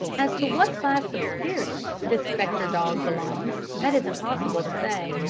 as to what class of spirits the spectre dog belongs, that is impossible to say.